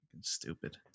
Stupid